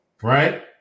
right